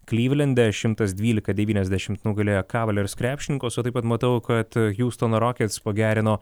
klyvlende šimtas dvylika devyniasdešimt nugalėjo kavalers krepšininkus o taip pat matau kad hiustono rokits pagerino